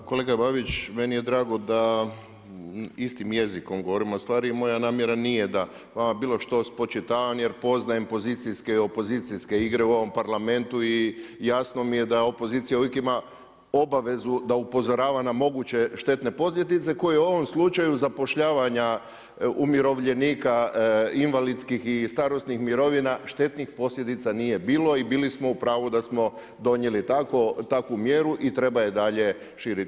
Pa kolega Babić, meni je drago da istim jezikom govorimo a ustvari moja namjera nije da vama bilo što spočitavam jer poznajem pozicijske i opozicijske igre u ovom Parlamentu i jasno mi je da opozicija uvijek ima obavezu da upozorava na moguće štetne posljedice koje u ovom slučaju zapošljavanja umirovljenika invalidskih i starosnih mirovina štetnih posljedica nije bilo i bili smo u pravu da smo donijeli takvu mjeru i treba je dalje širiti.